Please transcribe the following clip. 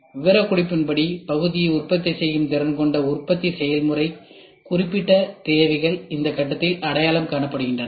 விவரக்குறிப்பின் படி பகுதியை உற்பத்தி செய்யும் திறன் கொண்ட உற்பத்தி செயல்முறை குறிப்பிடப்பட்ட தேவைகள் இந்த கட்டத்தில் அடையாளம் காணப்படுகின்றன